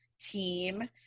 team